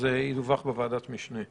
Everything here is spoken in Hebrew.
הוא ידווח לוועדת המשנה.